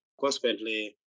Consequently